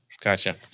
Gotcha